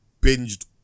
binged